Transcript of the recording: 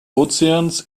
ozeans